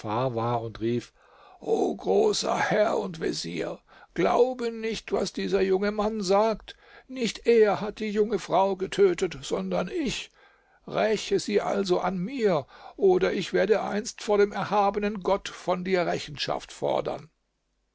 und rief o großer herr und vezier glaube nicht was dieser junge mann sagt nicht er hat die junge frau getötet sondern ich räche sie also an mir oder ich werde einst vor dem erhabenen gott von dir rechenschaft fordern